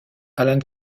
allan